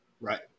Right